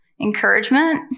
encouragement